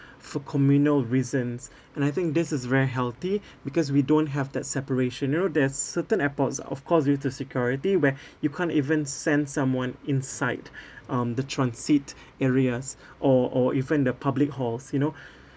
for communal reasons and I think this is very healthy because we don't have that separation you know there's certain airports of course due to security where you can't even send someone inside um the transit areas or or even the public halls you know